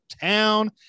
town